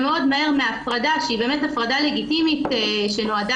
שמאוד מהר מהפרדה שהיא באמת הפרדה לגיטימית שנועדה